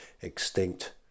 extinct